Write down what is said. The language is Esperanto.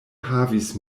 havis